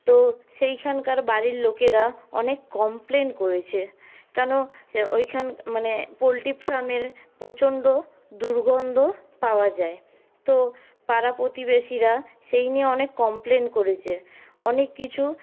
তো সেইখানকার বাড়ির লোকেরা অনেক কমপ্লেন করেছে কেন ওইখান মানে পোলট্রি ফার্মের প্রচণ্ড দুর্গন্ধ পাওয়া যায় তো পাড়া প্রতিবেশীরা সেই নিয়েও অনেক কমপ্লেন করেছে অনেক কিছু